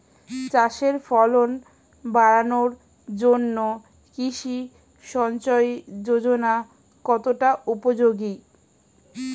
চাষের ফলন বাড়ানোর জন্য কৃষি সিঞ্চয়ী যোজনা কতটা উপযোগী?